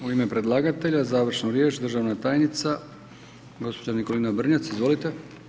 U ime predlagatelja završnu riječ državna tajnica gospođa Nikolina Brnjac, izvolite.